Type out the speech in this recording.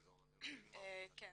כן.